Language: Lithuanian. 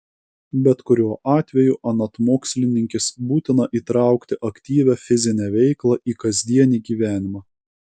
bet kuriuo atveju anot mokslininkės būtina įtraukti aktyvią fizinę veiklą į kasdienį gyvenimą